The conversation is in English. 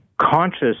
conscious